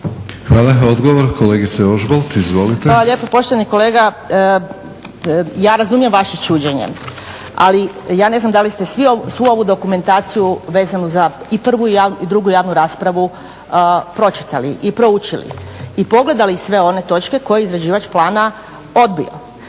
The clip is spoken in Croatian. **Škare Ožbolt, Vesna (DC)** Hvala lijepa. Poštovani kolega, ja razumijem vaše čuđenje, ali ja ne znam da li ste svu ovu dokumentaciju vezanu za i prvu i drugu javnu raspravu pročitali i proučili, i pogledali sve one točke koje izrađivač plana odbio.